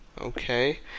okay